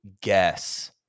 guess